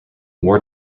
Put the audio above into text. war